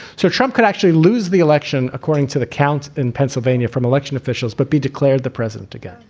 so trump could actually lose the election, according to the count in pennsylvania from election officials, but be declared the president again.